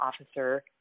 Officer